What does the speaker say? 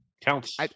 counts